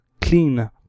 clean